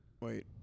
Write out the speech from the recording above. Wait